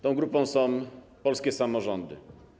Tą grupą są polskie samorządy.